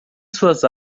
suas